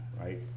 right